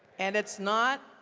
and it's not